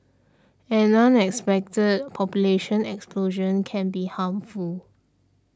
an unexpected population explosion can be harmful